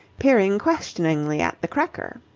peering questioningly at the cracker.